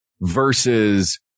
versus